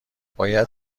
باید